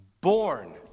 Born